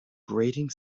grating